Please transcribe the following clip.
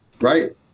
Right